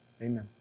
Amen